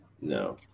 No